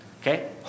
Okay